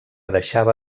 deixava